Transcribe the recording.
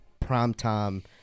primetime